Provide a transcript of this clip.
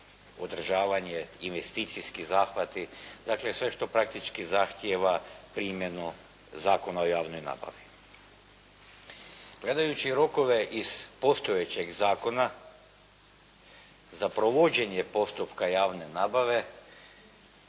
održavanje, investicijski zahvati, dakle sve što praktički zahtjeva primjenu Zakona o javnoj nabavi. Gledajući rokove iz postojećeg zakona za provođenje postupka javne nabave